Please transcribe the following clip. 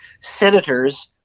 senators